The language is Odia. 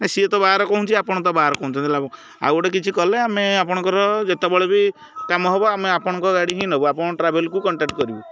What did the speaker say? ନାଇଁ ସିଏ ତ ବାର କହୁଛି ଆପଣ ତ ବାର କହୁଛନ୍ତି ଲାଭ ଆଉ ଗୋଟେ କିଛି କଲେ ଆମେ ଆପଣଙ୍କର ଯେତେବେଳେ ବି କାମ ହବ ଆମେ ଆପଣଙ୍କ ଗାଡ଼ି ହିଁ ନବୁ ଆପଣ ଟ୍ରାଭେଲ୍କୁ କଣ୍ଟାକ୍ଟ କରିବୁ